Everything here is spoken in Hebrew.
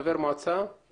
תודה רבה, לחבר הכנסת סעיד